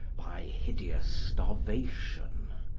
by hideous starvation.